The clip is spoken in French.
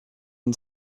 une